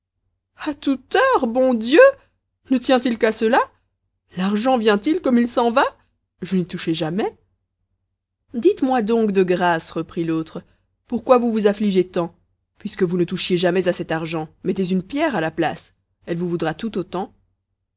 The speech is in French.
à toute heure bons dieux ne tient-il qu'à cela l'argent vient-il comme il s'en va je n'y touchais jamais dites-moi donc de grâce reprit l'autre pourquoi vous vous affligez tant puisque vous ne touchiez jamais à cet argent mettez une pierre à la place elle vous vaudra tout autant